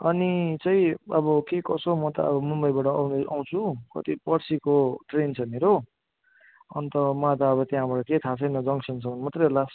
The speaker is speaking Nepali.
अनि चाहिँ अब के कसो म त अब मुम्बइबाट आउ आउँछु कति पर्सीको ट्रेन छ मेरो अन्त मलाई त अब त्यहाँबाट केही थाहा छैन जङ्सनसम्म मात्रै हो लास्ट